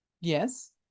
Yes